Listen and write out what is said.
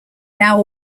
now